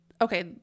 okay